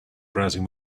browsing